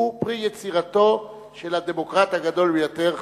הוא פרי יצירתו של הדמוקרט הגדול ביותר,